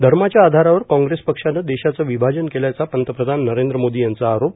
धर्माच्या आधारावर काँग्रेस पक्षानं देशाचं विभाजन केल्याचा पंतप्रधान नरेंद्र मोदी यांचा आरोप